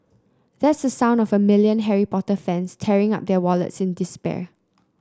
that's the sound of a million Harry Potter fans tearing up their wallets in despair